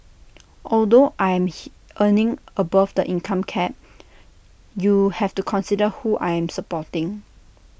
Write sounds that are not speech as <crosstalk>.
although I am <noise> earning above the income cap you have to consider who I am supporting